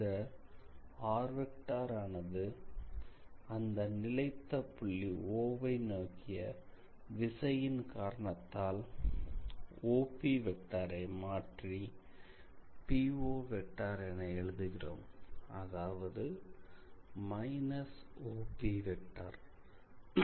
இந்த r ஆனது அந்த நிலைத்த புள்ளி O ஐ நோக்கிய விசையின் காரணத்தால்OP ஐ மாற்றிPO என எழுதுகிறோம் அதாவது −OP